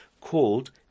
called